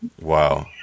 Wow